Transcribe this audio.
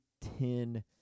Ten